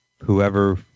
whoever